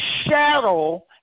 shadow